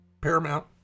Paramount